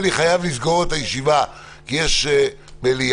אני חייב לסגור את הישיבה כי יש מליאה.